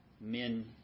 men